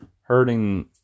hurting